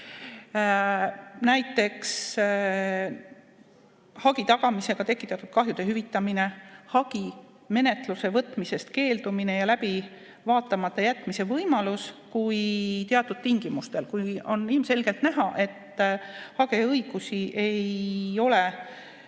Näiteks, hagi tagamisega tekitatud kahjude hüvitamine, hagi menetlusse võtmisest keeldumine ja läbivaatamata jätmise võimalus, teatud tingimustel, kui on ilmselgelt näha, et hageja õiguste